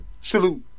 Salute